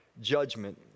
judgment